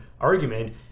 argument